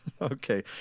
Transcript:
Okay